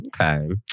Okay